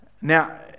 Now